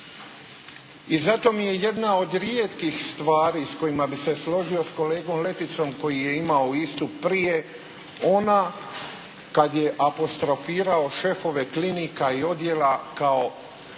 I zato mi je jedna od rijetkih stvari s kojima bi se složio s kolegom Leticom koji je imao istup prije ona kada je apostrofirao šefove klinika i odjela kao nekad